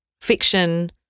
fiction